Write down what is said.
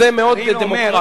זה מאוד דמוקרטי.